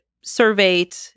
surveyed